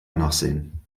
nachsehen